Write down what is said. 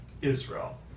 Israel